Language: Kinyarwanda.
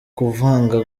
kuvanga